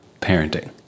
parenting